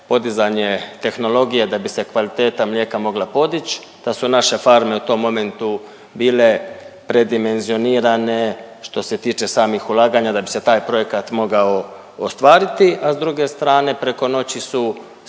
podizanje tehnologije da bi se kvaliteta mlijeka mogla podići da su naše farme u tom momentu bile predimenzionirane što se tiče samih ulaganja da bi se taj projekat mogao ostvariti, a s druge strane preko noći su